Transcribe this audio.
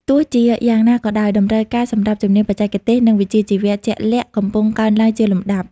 ទោះជាយ៉ាងណាក៏ដោយ តម្រូវការសម្រាប់ជំនាញបច្ចេកទេស និងវិជ្ជាជីវៈជាក់លាក់កំពុងកើនឡើងជាលំដាប់។